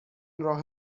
راه